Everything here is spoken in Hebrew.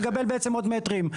לקבל בעצם עוד מטרים.